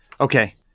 Okay